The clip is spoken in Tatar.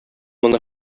моны